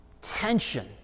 tension